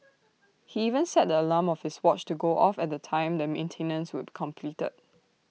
he even set the alarm of his watch to go off at the time the maintenance would be completed